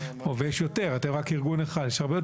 עו"ד שוקי זוהר,